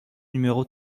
numéro